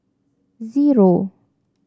zero